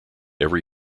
every